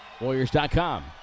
Warriors.com